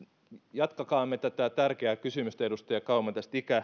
jatkakaamme tätä tärkeää kysymystä edustaja kauma